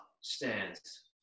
stands